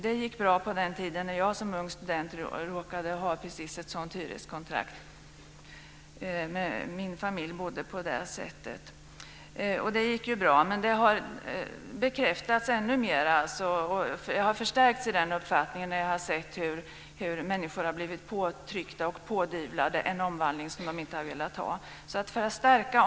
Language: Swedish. Det gick bra på den tiden när jag som ung student råkade ha ett sådant hyreskontrakt och när min familj bodde på det sättet. Men jag har nu förstärkts i min uppfattning när jag har sett hur människor har blivit pådyvlade en omvandling som de inte vill ha.